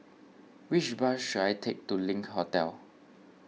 which bus should I take to Link Hotel